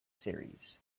series